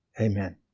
Amen